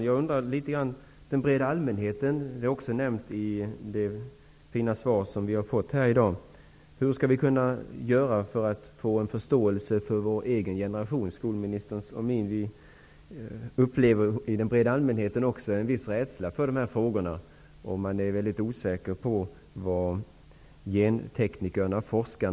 Herr talman! Hur skall vi göra för att få en förståelse från vår egen -- skolministerns och min -- generation? Jag upplever att det hos den breda allmänheten finns en viss rädsla och osäkerhet inför dessa frågor.